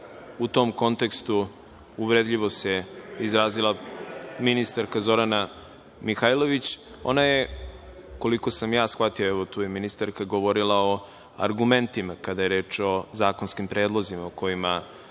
u tom kontekstu, uvredljivo se izrazila ministarka Zorana Mihajlović. Ona je, koliko sam ja shvatio, evo tu je ministarka, govorila o argumentima kada je reč o zakonskim predlozima, o kojima